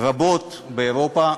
רבות באירופה.